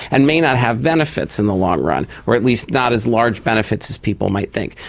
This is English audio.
and may not have benefits in the long run, or at least not as large benefits as people might think.